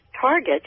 Target